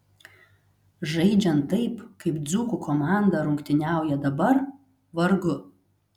žaidžiant taip kaip dzūkų komanda rungtyniauja dabar vargu